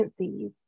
agencies